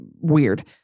weird